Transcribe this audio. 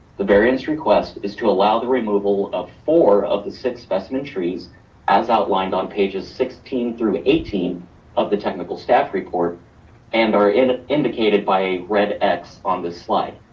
the variance request is to allow the removal of four of the six specimen trees as outlined on pages sixteen through eighteen of the technical staff report and are and indicated by red x on this slide.